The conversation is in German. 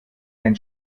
dein